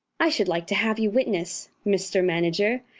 i should like to have you witness, mr. manager,